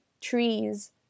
trees